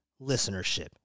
listenership